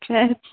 خیر